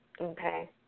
okay